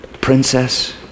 Princess